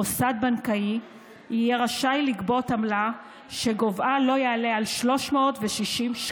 מוסד בנקאי יהיה רשאי לגבות עמלה שגובהה לא יעלה על 360 שקלים.